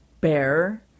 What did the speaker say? bear